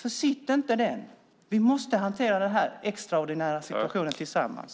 Försitt inte den! Vi måste hantera denna extraordinära situation tillsammans.